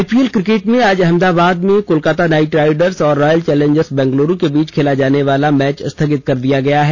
IPL cricket में आज अहमदाबाद में कोलकाता नाइट राइडर्स और रॉयल चौंलेजर्स बैंगलोर के बीच खेला जाने वाला मैच स्थगित कर दिया गया है